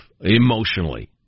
emotionally